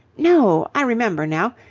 no, i remember now.